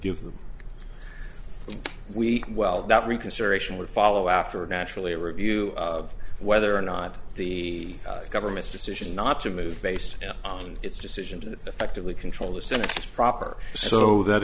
them we well that reconsideration would follow after naturally a review of whether or not the government's decision not to move based on its decision to effectively control the senate is proper so that